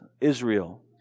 Israel